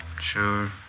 Sure